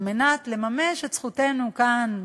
על מנת לממש את זכותנו כאן.